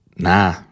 Nah